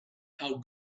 how